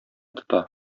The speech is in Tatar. тота